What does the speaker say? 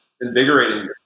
invigorating